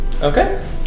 Okay